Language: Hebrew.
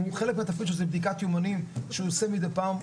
חלק מהתפקיד שלו זה בדיקת יומנים שהוא עושה מידי פעם,